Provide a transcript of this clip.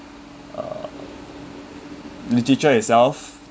uh literature itself